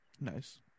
Nice